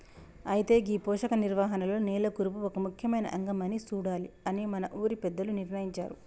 అయితే గీ పోషక నిర్వహణలో నేల కూర్పు ఒక ముఖ్యమైన అంగం అని సూడాలి అని మన ఊరి పెద్దలు నిర్ణయించారు